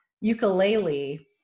ukulele